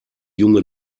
junge